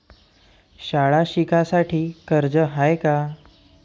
शाळा शिकासाठी कर्ज हाय का?